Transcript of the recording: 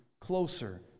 closer